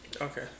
Okay